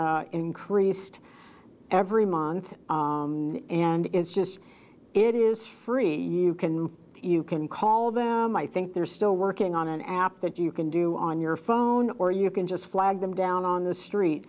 increased every month and it's just it is free you can you can call them i think they're still working on an app that you can do on your phone or you can just flag them down on the street